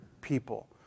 people